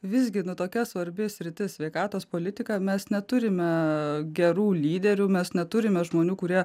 visgi tokia svarbi sritis sveikatos politika mes neturime gerų lyderių mes neturime žmonių kurie